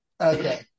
Okay